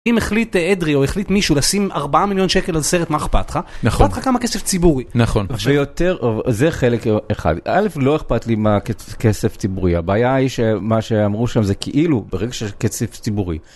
אם החליט אדרי או החליט מישהו לשים 4 מיליון שקל על סרט, מה אכפת לך? נכון. אכפת לך כמה כסף ציבורי? נכון. זה חלק אחד. אלף, לא אכפת לי מה כסף ציבורי, הבעיה היא שמה שאמרו שם זה כאילו ברגע שזה כסף ציבורי.